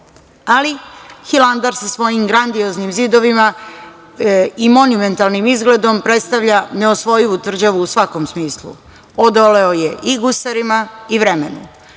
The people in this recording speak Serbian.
Hilandar sa svojim grandioznim zidovima i monumentalnim izgledom predstavlja neosvojivu tvrđavu u svakom smislu, odoleo je i gusarima i vremenu.